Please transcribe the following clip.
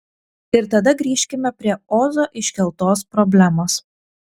ir tada grįžkime prie ozo iškeltos problemos